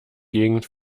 gegend